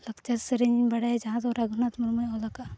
ᱞᱟᱠᱪᱟᱨ ᱥᱮᱨᱮᱧᱤᱧ ᱵᱟᱲᱟᱭᱟ ᱡᱟᱦᱟᱸ ᱫᱚ ᱨᱚᱜᱷᱩᱱᱟᱛᱷ ᱢᱩᱨᱢᱩᱭ ᱚᱞ ᱟᱠᱟᱜᱼᱟ